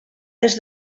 des